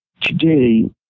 Today